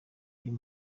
uyu